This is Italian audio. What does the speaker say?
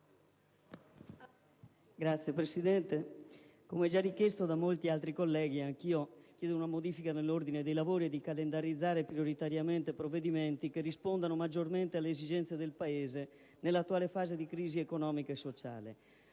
Signora Presidente, come già richiesto da molti altri colleghi, anch'io chiedo una modifica dei lavori dell'Assemblea e di calendarizzare prioritariamente provvedimenti che rispondano maggiormente alle esigenze del Paese nell'attuale fase di crisi economica e sociale,